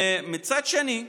מצד שני,